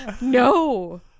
No